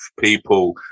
people